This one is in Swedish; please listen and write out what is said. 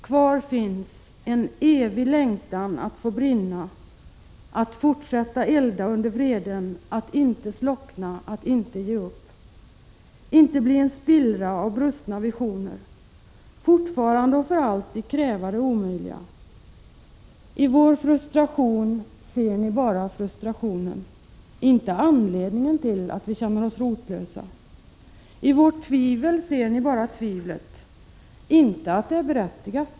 Kvar finns en evig längtan att få brinna, att fortsätta elda under vreden, att inte slockna, att inte ge upp, inte bli en spillra av brustna visioner, fortfarande och för alltid kräva det omöjliga. I vår frustration ser ni bara frustrationen, inte anledningen till att vi känner oss rotlösa. I vårt tvivel ser ni bara tvivlet, inte att det är berättigat.